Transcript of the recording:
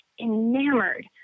enamored